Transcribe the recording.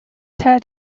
tear